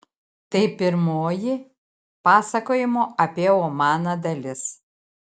tai pirmoji pasakojimo apie omaną dalis